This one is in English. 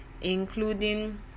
including